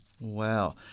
Wow